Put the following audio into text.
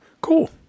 Cool